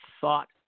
thought